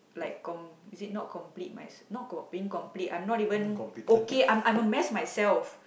like com~ you said not complete mys~ not co~ being complete I'm not even okay I'm I'm a mess myself